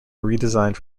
redesigned